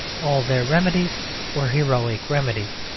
all their remedies were heroic remedies.